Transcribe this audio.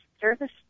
service